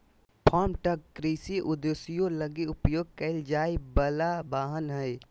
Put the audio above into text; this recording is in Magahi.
फार्म ट्रक कृषि उद्देश्यों लगी उपयोग कईल जाय वला वाहन हइ